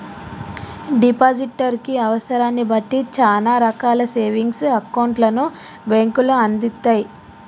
depositor కి అవసరాన్ని బట్టి చానా రకాల సేవింగ్స్ అకౌంట్లను బ్యేంకులు అందిత్తయ్